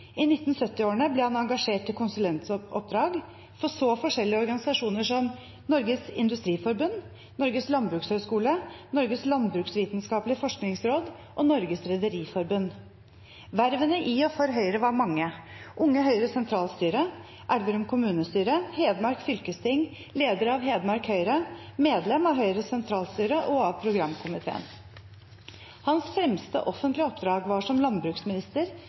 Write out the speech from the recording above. I 1970-årene ble han engasjert til konsulentoppdrag for så forskjellige organisasjoner som Norges Industriforbund, Norges landbrukshøgskole, Norges landbruksvitenskapelige forskningsråd og Norges Rederiforbund. Vervene i og for Høyre var mange: Unge Høyres sentralstyre, Elverum kommunestyre, Hedmark fylkesting, leder av Hedmark Høyre, medlem av Høyres sentralstyre og av programkomiteen. Hans fremste offentlige oppdrag var som landbruksminister